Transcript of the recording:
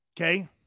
okay